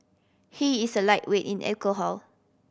he is a lightweight in alcohol